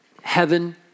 heaven